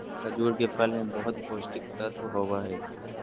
खजूर के फल मे बहुत पोष्टिक तत्व होबो हइ